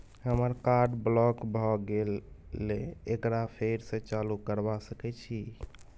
हमर card block भ गेले एकरा फेर स चालू करबा सके छि?